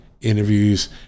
interviews